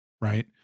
right